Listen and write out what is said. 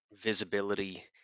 visibility